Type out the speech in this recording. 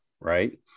right